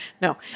No